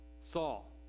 Saul